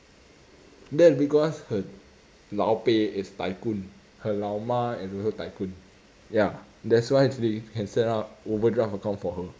then because her lao peh is tycoon her lao ma is also tycoon ya that's why they can set up overdraft account for her